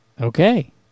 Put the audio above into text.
okay